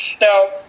Now